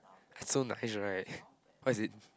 so nice right what is it